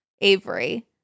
Avery